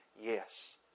yes